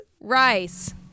Rice